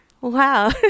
Wow